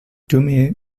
dume